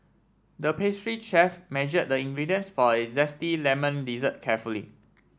the pastry chef measure the ingredients for a zesty lemon dessert carefully